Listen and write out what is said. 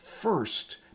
first